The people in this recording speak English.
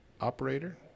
operator